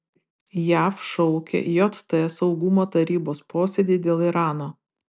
jav šaukia jt saugumo tarybos posėdį dėl irano